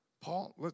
Paul